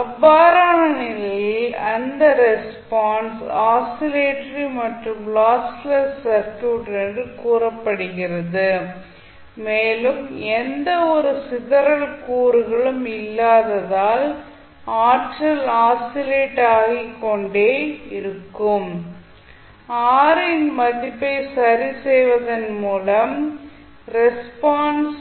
அவ்வாறான நிலையில் அந்த ரெஸ்பான்ஸ் ஆசிலேட்டரி மற்றும் லாஸ்லெஸ் சர்க்யூட் என்று கூறப்படுகிறது மேலும் எந்த ஒரு சிதறல் கூறுகளும் இல்லாததால் ஆற்றல் ஆசிலெட் ஆகி கொண்டே இருக்கும் R இன் மதிப்பை சரிசெய்வதன் மூலம் ரெஸ்பான்ஸ்